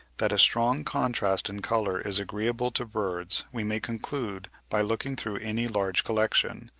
that a strong contrast in colour is agreeable to birds, we may conclude by looking through any large collection,